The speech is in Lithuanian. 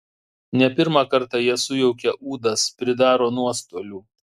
ne pirmą kartą jie sujaukia ūdas pridaro nuostolių